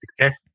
success